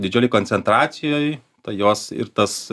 didžiulėj koncentracijoj ta jos ir tas